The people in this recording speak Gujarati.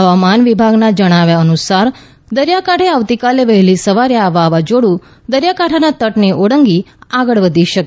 હવામાન વિભાગના જણાવ્યા અનુસાર દરિયાકાંઠે આવતીકાલે વહેલી સવારે આ વાવાઝોડું દરિયાકાંઠાને તટ ઓળંગી આગળ વધી જશે